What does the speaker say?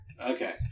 Okay